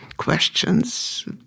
questions